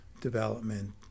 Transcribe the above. development